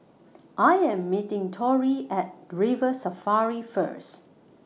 I Am meeting Torrie At River Safari First